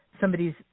somebody's